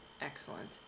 Excellent